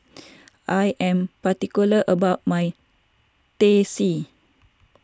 I am particular about my Teh C